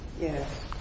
Yes